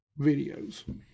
videos